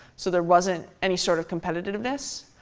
so there wasn't any sort of competitiveness.